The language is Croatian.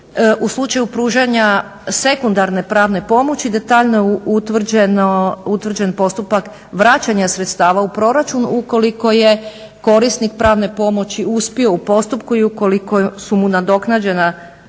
u slučaju pružanja sekundarne pravne pomoći detaljno je utvrđen postupak vraćanja sredstava u proračun ukoliko je korisnik pravne pomoći uspio u postupku i ukoliko su mu nadoknađena